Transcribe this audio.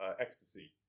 ecstasy